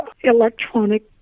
electronic